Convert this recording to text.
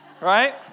right